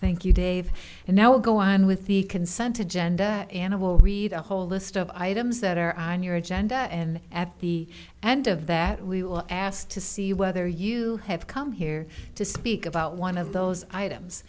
thank you dave now will go on with the consent agenda and i will read a whole list of items that are on your agenda and at the end of that we will ask to see whether you have come here to speak about one of those items